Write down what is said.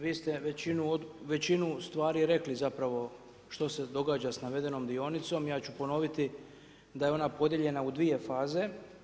Vi ste većinu stvari rekli zapravo što se događa sa navedenom dionicom, ja ću ponoviti podijeljena u dvije faze.